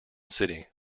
city